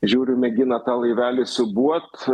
žiūriu mėgina tą laivelį siūbuot